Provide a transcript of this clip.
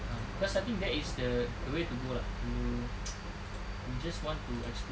ah cause I think that is the way to go lah you just want to explore